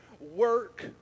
Work